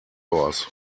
horse